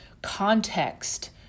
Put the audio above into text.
context